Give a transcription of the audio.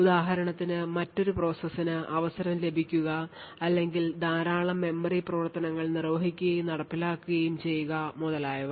ഉദാഹരണത്തിന് മറ്റൊരു പ്രോസസ്സിനു അവസരം ലഭിക്കുക അല്ലെങ്കിൽ ധാരാളം മെമ്മറി പ്രവർത്തനങ്ങൾ നിർവ്വഹിക്കുകയും നടപ്പിലാക്കുകയും ചെയ്യുക മുതലായവ